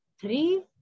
three